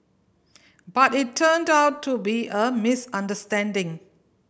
but it turned out to be a misunderstanding